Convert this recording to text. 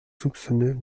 soupçonneux